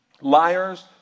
liars